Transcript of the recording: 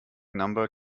number